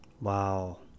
Wow